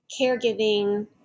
caregiving